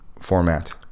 format